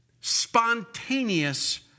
spontaneous